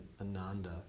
Ananda